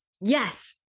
Yes